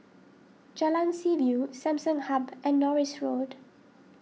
Jalan Seaview Samsung Hub and Norris Road